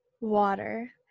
water